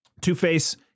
Two-Face